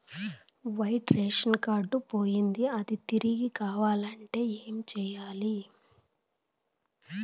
white ration card పోయింది అది తిరిగి కావాలంటే ఏం సేయాలి